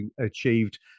achieved